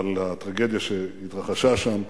על הטרגדיה שהתרחשה שם.